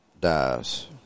dies